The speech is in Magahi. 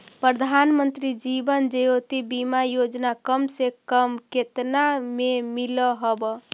प्रधानमंत्री जीवन ज्योति बीमा योजना कम से कम केतना में मिल हव